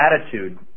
attitude